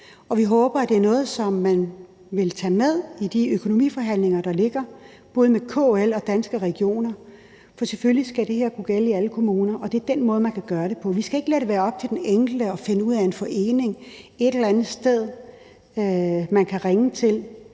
vi håber, det er noget, som man vil tage med i de økonomiforhandlinger, der er med både KL og Danske Regioner. For selvfølgelig skal det her kunne gælde i alle kommuner, og det er den måde, man kan gøre det på. Vi skal ikke lade det være op til den enkelte at finde en forening eller et eller andet sted, man kan ringe til.